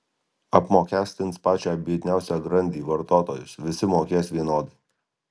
apmokestins pačią biedniausią grandį vartotojus visi mokės vienodai